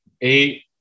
eight